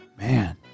Man